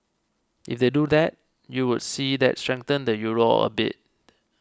if they do that you would see that strengthen the Euro a bit